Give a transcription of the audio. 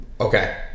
Okay